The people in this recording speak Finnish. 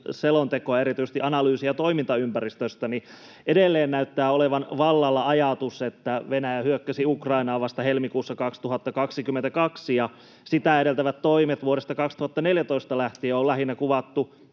selontekoa, erityisesti analyysia toimintaympäristöstä, niin edelleen näyttää olevan vallalla ajatus, että Venäjä hyökkäsi Ukrainaan vasta helmikuussa 2022, ja sitä edeltävät toimet vuodesta 2014 lähtien on lähinnä kuvattu